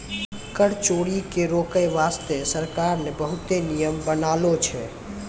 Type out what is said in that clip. कर चोरी के रोके बासते सरकार ने बहुते नियम बनालो छै